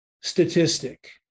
statistic